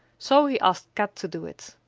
so he asked kat to do it.